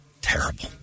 Terrible